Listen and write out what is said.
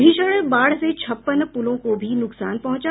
भीषण बाढ़ से छप्पन पुलों को भी नुकसान पहुंचा